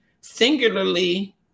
singularly